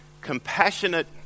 compassionate